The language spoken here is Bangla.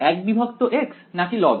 1x নাকি log